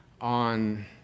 on